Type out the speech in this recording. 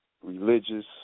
religious